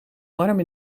warm